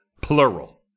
plural